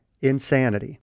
insanity